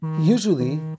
Usually